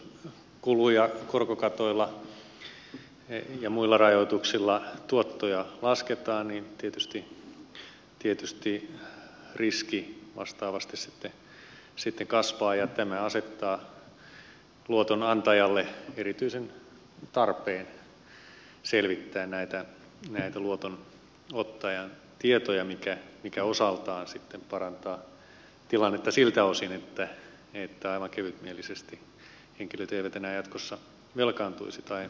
nyt jos kulu ja korkokatoilla ja muilla rajoituksilla tuottoja lasketaan niin tietysti riski vastaavasti sitten kasvaa ja tämä asettaa luotonantajalle erityisen tarpeen selvittää näitä luotonottajan tietoja mikä osaltaan sitten parantaa tilannetta siltä osin että aivan kevytmielisesti henkilöt eivät enää jatkossa velkaantuisi tai velkaantuisi yli varojensa